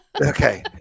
Okay